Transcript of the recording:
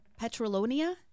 Petrolonia